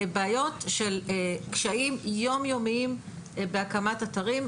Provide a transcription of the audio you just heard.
אלה בעיות של קשיים יום-יומיים בהקמת אתרים.